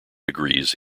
degrees